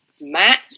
Matt